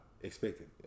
expected